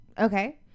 Okay